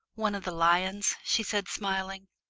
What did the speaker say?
one of the lions? she said, smiling.